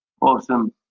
awesome